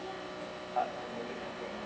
uh